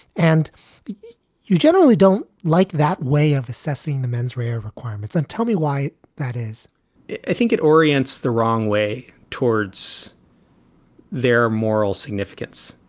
and you generally don't like that way of assessing the menswear requirements and tell me why that is i think it orients the wrong way towards their moral significance.